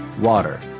Water